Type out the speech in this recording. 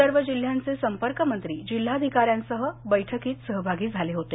सर्व जिल्ह्यांचे संपर्कमंत्री जिल्हाधिकाऱ्यांसह बैठकीत सहभागी झाले होते